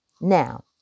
Now